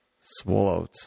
swallowed